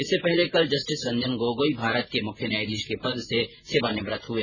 इससे पहले कल जस्टिस रंजन गोगाई भारत के मुख्य न्यायाधीश के पद से सेवानिवृत्त हुए